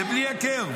לבלי הכר.